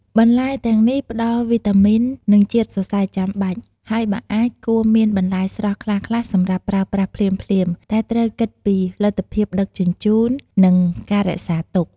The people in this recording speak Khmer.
បន្លែទាំងនេះផ្តល់វីតាមីន និងជាតិសរសៃចាំបាច់ ហើយបើអាច គួរមានបន្លែស្រស់ខ្លះៗសម្រាប់ប្រើប្រាស់ភ្លាមៗ តែត្រូវគិតពីលទ្ធភាពដឹកជញ្ជូន និងការរក្សាទុក។